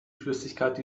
flüssigkeit